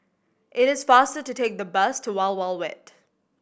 it is faster to take the bus to Wild Wild Wet